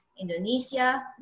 Indonesia